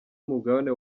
umugabane